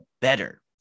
better